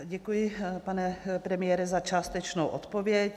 Děkuji, pane premiére, za částečnou odpověď.